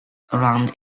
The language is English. around